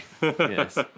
Yes